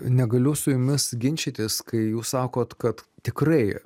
negaliu su jumis ginčytis kai jūs sakot kad tikrai